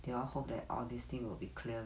they all hope that all this thing will be cleared